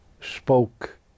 spoke